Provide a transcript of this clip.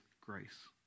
grace